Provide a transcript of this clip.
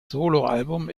soloalbum